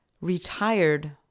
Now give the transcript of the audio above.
retired